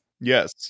Yes